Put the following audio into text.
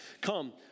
Come